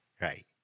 Right